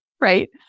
Right